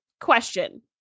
question